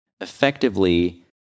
effectively